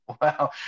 wow